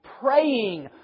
praying